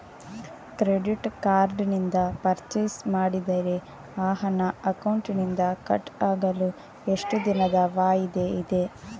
Credit card ನಿಂದ purchase ಮಾಡಿದರೆ ಆ ಹಣ ಅಕೌಂಟಿನಿಂದ ಕಟ್ ಆಗಲು ಎಷ್ಟು ದಿನದ ವಾಯಿದೆ ಇದೆ?